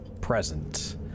present